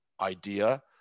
idea